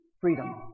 freedom